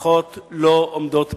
ומשפחות לא עומדות בזה.